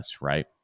right